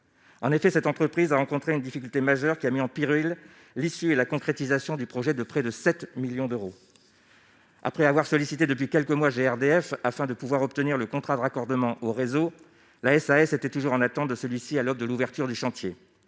en effet, cette entreprise a rencontré une difficulté majeure qui a mis en péril l'issue est la concrétisation du projet de près de 7 millions d'euros après avoir sollicité depuis quelques mois, GrDF afin de pouvoir obtenir le contrat de raccordement au réseau, la SAS étaient toujours en attente de celui-ci à l'aube de l'ouverture du chantier,